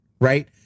right